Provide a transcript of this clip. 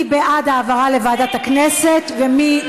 מי בעד העברה לוועדת הכנסת ומי נגד?